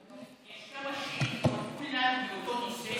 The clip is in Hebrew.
אדוני, יש כמה שאילתות, כולן באותו נושא.